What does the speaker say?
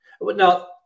Now